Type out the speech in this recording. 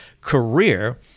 career